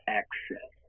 access